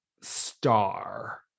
star